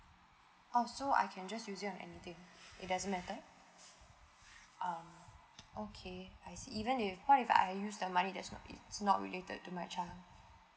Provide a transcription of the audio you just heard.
oh so I can just use it on anything it doesn't matter um okay I see even if what if I use the money that's not if is not related to my child